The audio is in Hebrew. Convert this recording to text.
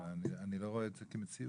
אני לא רואה את כמציאות.